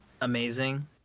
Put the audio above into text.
amazing